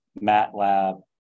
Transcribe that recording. MATLAB